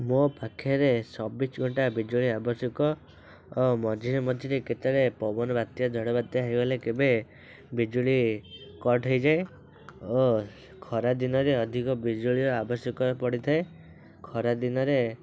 ମୋ ପାଖରେ ଚବିଶି ଘଣ୍ଟା ବିଜୁଳି ଆବଶ୍ୟକ ଓ ମଝିରେ ମଝିରେ କେତେବେଳେ ପବନ ବାତ୍ୟା ଝଡ଼ ବାତ୍ୟା ହେଇଗଲେ କେବେ ବିଜୁଳି କଟ୍ ହେଇଯାଏ ଓ ଖରାଦିନରେ ଅଧିକ ବିଜୁଳି ଆବଶ୍ୟକ ପଡ଼ିଥାଏ ଖରାଦିନରେ